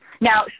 Now